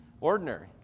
ordinary